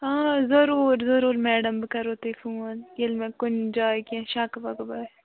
آ ضروٗر ضروٗر میڈَم بہٕ کَرہو تۄہہِ فون ییٚلہِ مےٚ کُنہِ جایہِ کیٚنٛہہ شَک وَک باسہِ